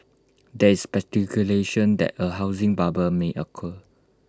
there is speculation that A housing bubble may occur